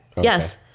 Yes